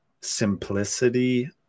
simplicity